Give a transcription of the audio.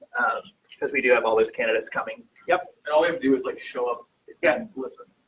because we do have all those candidates coming. yep, i'll do is like show up again. listen,